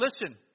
listen